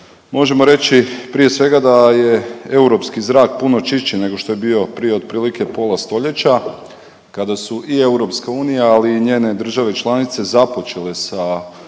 možemo reći prije svega da je europski zrak puno čišći nego što je bio prije otprilike pola stoljeća kada su i EU, ali i njene države članice započele sa uvođenjem